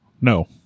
No